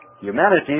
humanity